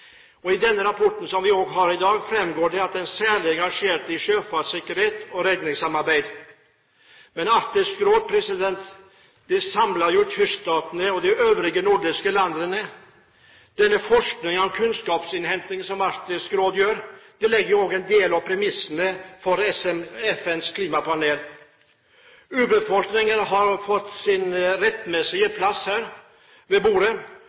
dag, framgår det at de særlig har engasjert seg i sjøfartssikkerhet og redningssamarbeid. Men Arktisk Råd samler jo kyststatene og de øvrige nordiske landene. Denne forskningen og kunnskapsinnhentingen til Arktisk Råd legger også en del av premissene for FNs klimapanel. Urbefolkningen har fått sin rettmessige plass her ved bordet,